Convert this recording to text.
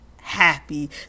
happy